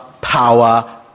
power